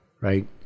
Right